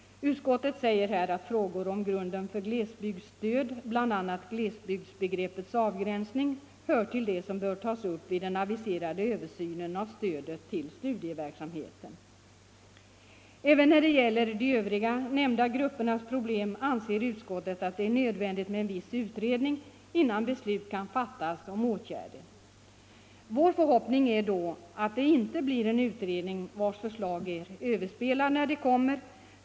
Utskottet säger här att frågor om grunden för glesbygdsstöd — bl.a. glesbygdsbegreppets avgränsning — hör till det som bör tas upp vid den aviserade översynen av stödet till studieverksamheten. Även när det gäller de övriga nämnda gruppernas problem anser utskottet att det är nödvändigt med en viss utredning innan beslut kan fattas om åtgärder. Vår förhoppning är då att det inte blir en utredning, vars förslag är överspelade när de kommer.